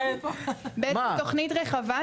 תראי,